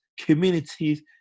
communities